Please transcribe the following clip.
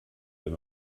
wenn